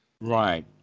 Right